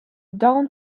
down